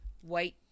white